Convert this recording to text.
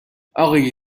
آقای